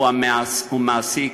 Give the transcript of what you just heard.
הוא המעסיק,